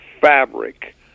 fabric